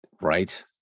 Right